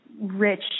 rich